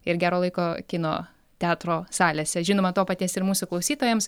ir gero laiko kino teatro salėse žinoma to paties ir mūsų klausytojams